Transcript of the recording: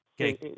Okay